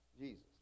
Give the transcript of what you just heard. Jesus